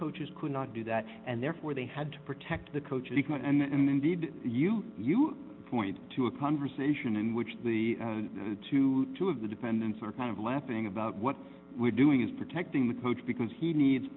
coaches could not do that and therefore they had to protect the coach and ignite and indeed you you point to a conversation in which the twenty two of the dependents are kind of laughing about what we're doing is protecting the coach because he needs